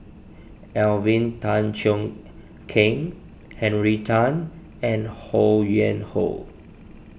Alvin Tan Cheong Kheng Henry Tan and Ho Yuen Hoe